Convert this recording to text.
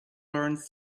learned